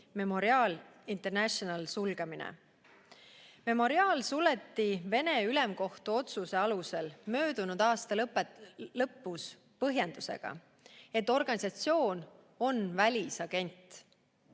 Memorial International sulgemine. Memorial suleti Vene ülemkohtu otsuse alusel möödunud aasta lõpus põhjendusega, et organisatsioon on välisagent.